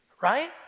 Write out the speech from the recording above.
right